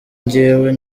njyewe